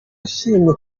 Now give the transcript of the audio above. yashimye